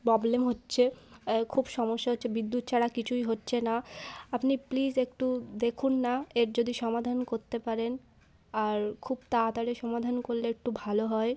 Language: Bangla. প্রবলেম হচ্ছে খুব সমস্যা হচ্ছে বিদ্যুৎ ছাড়া কিছুই হচ্ছে না আপনি প্লিজ একটু দেখুন না এর যদি সমাধান করতে পারেন আর খুব তাড়াতাড়ি সমাধান করলে একটু ভালো হয়